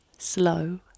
slow